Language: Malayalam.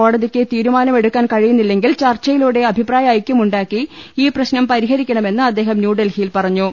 കോടതിക്ക് തീരുമാ നമെടുക്കാൻ കഴിയുന്നില്ലെങ്കിൽ ചർച്ചയിലൂടെ അഭി പ്രായൈക്യമുണ്ടാക്കി ഈ പ്രശ്നം പരിഹരിക്കണമെന്ന് അദ്ദേഹം ന്യൂഡൽഹിയിൽ പറഞ്ഞു